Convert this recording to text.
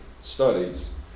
studies